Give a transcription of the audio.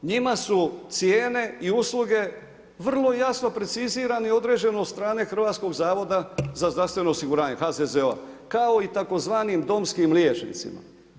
Njima su cijene i usluge vrlo jasno precizirani i određeno od strane Hrvatskog zavoda za zdravstveno osiguranje, HZZO-a, kao i takozvanim domskim liječnicima.